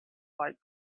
fight